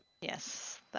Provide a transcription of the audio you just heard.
Yes